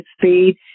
speed